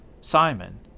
Simon